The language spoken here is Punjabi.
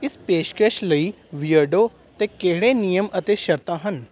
ਇਸ ਪੇਸ਼ਕਸ਼ ਲਈ ਬੀਅਰਡੋ 'ਤੇ ਕਿਹੜੇ ਨਿਯਮ ਅਤੇ ਸ਼ਰਤਾਂ ਹਨ